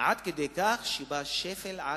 עד כדי כך שבא שפל על